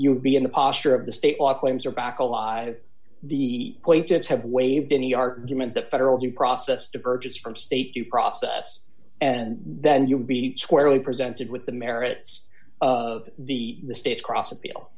would be in a posture of the state law claims are back alive the wages have waived any argument the federal due process to purchase from state to process and then you'll be presented with the merits of the state's cross appeal